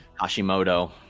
Hashimoto